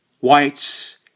whites